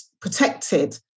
protected